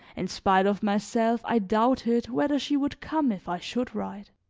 in spite of myself i doubted whether she would come if i should write.